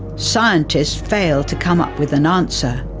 scientists fail to come up with an answer.